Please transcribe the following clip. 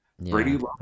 Brady